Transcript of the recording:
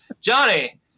Johnny